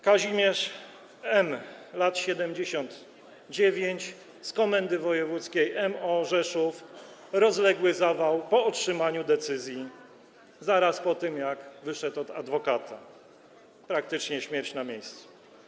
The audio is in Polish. Kazimierz M., lat 79, z Komendy Wojewódzkiej MO Rzeszów, rozległy zawał po otrzymaniu decyzji, zaraz po tym jak wyszedł od adwokata, praktycznie śmierć na miejscu.